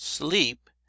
Sleep